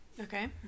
Okay